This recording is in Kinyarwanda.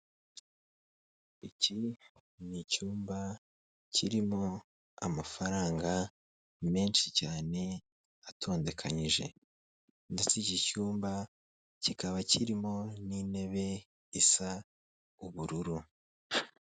Iki ni icyumba kirimo amafaranga menshi cyane atondekanyije ndetse iki cyumba kikaba kirimo n'intebe isa ubururu.